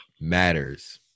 matters